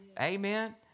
Amen